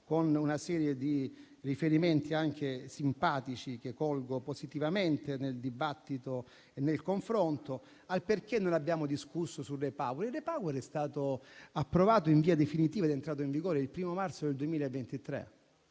con una serie di riferimenti anche simpatici, che colgo positivamente nel dibattito e nel confronto, al perché non abbiamo discusso sul REPowerEU. Esso è stato approvato in via definitiva ed è entrato in vigore il 1o marzo 2023,